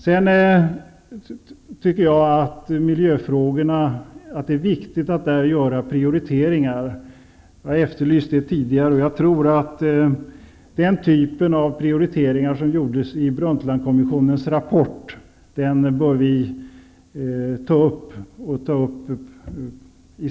Det är viktigt att i miljöfrågorna göra prioriteringar. Jag har efterlyst sådana tidigare. Den typ av prioriteringar som återfinns i Brundtlandkommissionens rapport bör vi i Sverige ta upp.